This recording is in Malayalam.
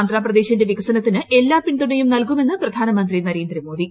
ആന്ധ്രാപ്രദേശിന്റെ വികസനത്തിന് എല്ലാ പിന്തുണയും നൽകുമെന്ന് പ്രധാനമന്ത്രി നരേന്ദ്രമോദി